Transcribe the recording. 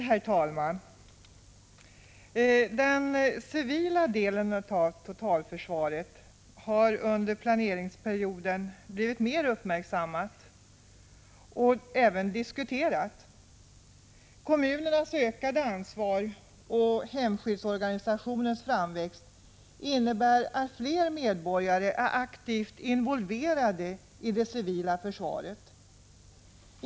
Herr talman! Den civila delen av totalförsvaret har under planeringsperioden blivit mer uppmärksammad och diskuterad. Kommunernas ökade ansvar och hemskyddsorganisationens framväxt innebär att fler medborgare är aktivt involverade i det civila försvaret.